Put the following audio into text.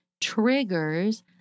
triggers